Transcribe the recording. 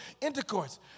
Intercourse